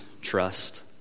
trust